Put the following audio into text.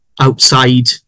outside